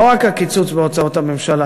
לא רק הקיצוץ בהוצאות הממשל,